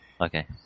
Okay